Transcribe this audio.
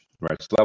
right